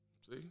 See